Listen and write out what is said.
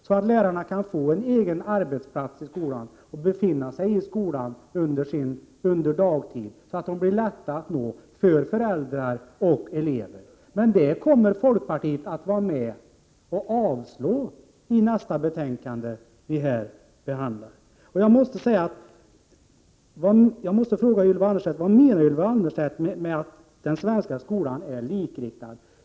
Lärarna skall kunna få en egen arbetsplats i skolan och de skall befinna sig i skolan under dagtid, så att de blir lätta att nå för föräldrar och elever. Men detta kommer folkpartiet att vara med om att avslå vid omröstningen om det betänkande som vi skall behandla härnäst i kammaren. Jag måste fråga Ylva Annerstedt vad hon menar med att den svenska skolan är likriktad.